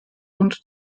und